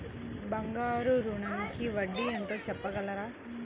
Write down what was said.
బంగారు ఋణంకి వడ్డీ ఎంతో చెప్పగలరా?